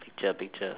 take a picture